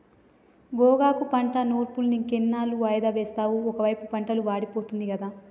గోగాకు పంట నూర్పులింకెన్నాళ్ళు వాయిదా వేస్తావు ఒకైపు పంటలు వాడిపోతుంది గదా